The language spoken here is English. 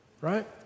right